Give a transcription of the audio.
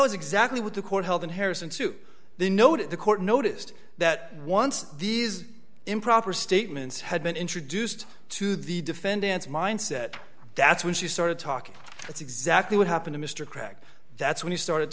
was exactly what the court held in harris into the note at the court noticed that once these improper statements had been introduced to the defendant's mindset that's when she started talking that's exactly what happened mr crack that's when you started